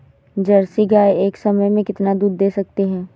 Jersey गाय एक समय में कितना दूध दे सकती है?